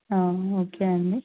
okay అండి